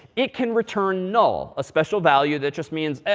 it can return null, a special value that just means, and